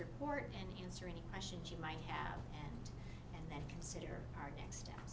report and answer any questions you might have and then consider our next step